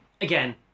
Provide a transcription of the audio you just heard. Again